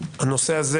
הנושא הזה,